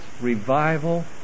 revival